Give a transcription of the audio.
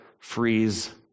freeze